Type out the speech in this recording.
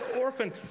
orphan